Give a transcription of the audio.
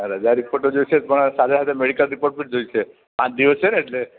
રજા રિપોર્ટ તો જોઈશે પણ સાથે સાથે મેડિકલ રિપોર્ટ પણ જોઈશે પાંચ દિવસ છે ને એટલે